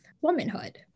womanhood